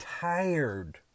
tired